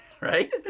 right